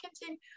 continue